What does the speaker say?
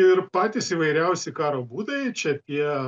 ir patys įvairiausi karo būdai čia tie